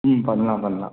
ம் பண்ணலாம் பண்ணலாம்